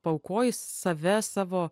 paaukoji save savo